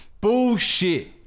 Bullshit